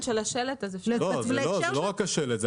לא, זה לא רק השלט.